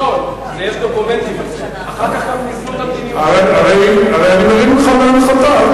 הרי אני מרים לך להנחתה.